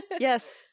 yes